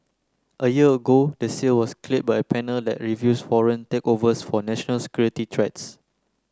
a year ago the sale was cleared by a panel that reviews foreign takeovers for national security threats